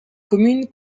commune